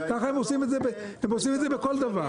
ככה הם עושים את זה בכל דבר.